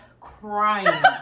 crying